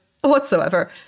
whatsoever